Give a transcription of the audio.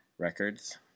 records